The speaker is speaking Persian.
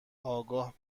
آگاه